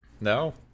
No